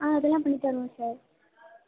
ஆ அதெலாம் பண்ணி தருவோம் சார்